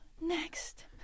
Next